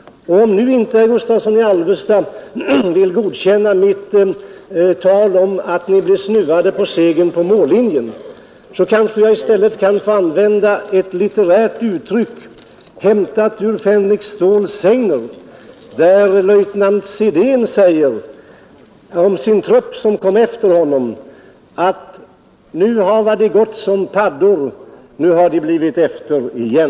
Om nu inte herr Gustavsson i Alvesta vill godkänna mitt tal om att ni blev snuvade på segern vid mållinjen, kanske jag i stället kan få använda ett litterärt uttryck, hämtat ur Fänrik Ståls sägner, där löjtnant Zidén säger om sin trupp, som kom efter honom: ”Nu hava de gått som paddor, nu blevo de efter igen.”